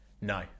No